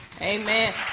Amen